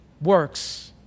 works